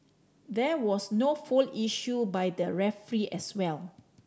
there was no foul issued by the referee as well